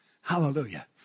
Hallelujah